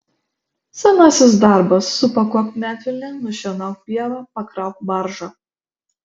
senasis darbas supakuok medvilnę nušienauk pievą pakrauk baržą